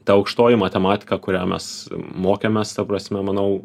ta aukštoji matematika kurią mes mokėmės ta prasme manau